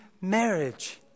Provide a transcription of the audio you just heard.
marriage